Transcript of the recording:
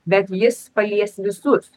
bet jis palies visus